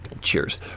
cheers